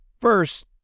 first